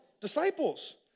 Disciples